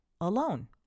alone